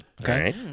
Okay